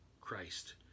Christ